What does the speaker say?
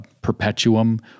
perpetuum